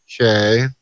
Okay